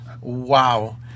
Wow